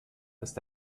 ist